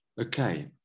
Okay